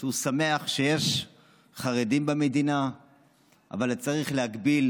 שהוא שמח שיש חרדים במדינה אבל צריך להגביל